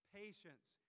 patience